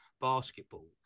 basketball